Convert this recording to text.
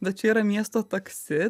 nu čia yra miesto taksi